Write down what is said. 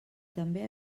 també